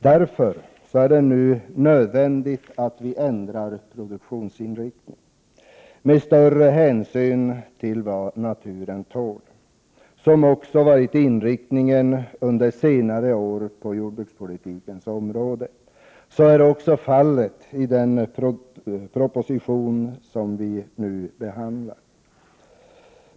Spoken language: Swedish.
Därför är det nödvändigt att vi nu ändrar produktionsinriktningen och därvid tar större hänsyn till vad naturen tål. Det har under senare år också varit inriktningen på jordbrukspolitikens områden. Den inriktningen präglar också den proposition som vi nu behandlar.